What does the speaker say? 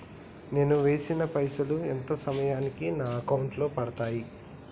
నేను వేసిన పైసలు ఎంత సమయానికి నా అకౌంట్ లో పడతాయి?